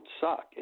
suck